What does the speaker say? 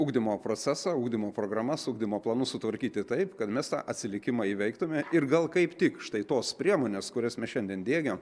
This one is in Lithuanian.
ugdymo procesą ugdymo programas ugdymo planus sutvarkyti taip kad mes tą atsilikimą įveiktume ir gal kaip tik štai tos priemonės kurias mes šiandien diegiam